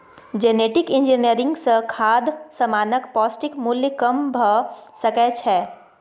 genetic engineering सँ खाद्य समानक पौष्टिक मुल्य कम भ सकै छै